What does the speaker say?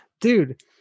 dude